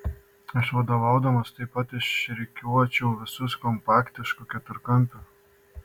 aš vadovaudamas taip pat išrikiuočiau visus kompaktišku keturkampiu